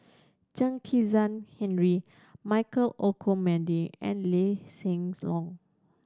Chen Kezhan Henri Michael Olcomendy and Lee Hsien Loong